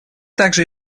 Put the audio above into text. также